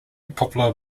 popular